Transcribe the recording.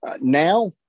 Now